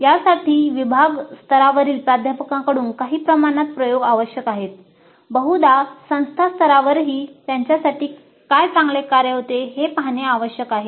यासाठी विभाग स्तरावरील प्राध्यापकांकडून काही प्रमाणात प्रयोग आवश्यक आहेत बहुधा संस्था स्तरावरही त्यांच्यासाठी काय चांगले कार्य होते ते पाहणे आवश्यक आहे